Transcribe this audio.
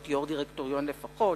שמאור חייבת להיות יו"ר הדירקטוריון לפחות.